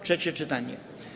Trzecie czytanie.